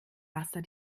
wasser